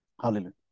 Hallelujah